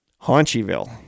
Haunchyville